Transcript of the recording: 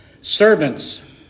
Servants